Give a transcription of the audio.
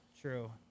True